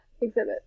exhibit